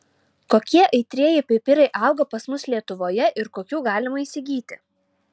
kokie aitrieji pipirai auga pas mus lietuvoje ir kokių galima įsigyti